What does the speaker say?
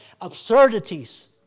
absurdities